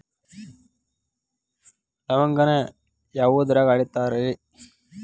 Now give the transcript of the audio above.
ಲವಂಗಾನ ಯಾವುದ್ರಾಗ ಅಳಿತಾರ್ ರೇ?